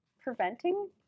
preventing